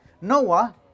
Noah